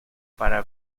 para